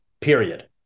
period